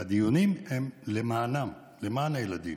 והדיונים הם למענם, למען הילדים.